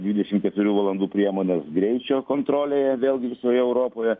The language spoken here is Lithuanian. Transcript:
dvidešim keturių valandų priemonės greičio kontrolėje vėlgi visoje europoje